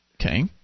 Okay